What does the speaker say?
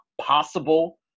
possible